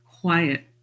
quiet